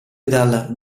dal